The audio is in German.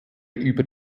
über